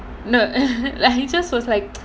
no lah he just was like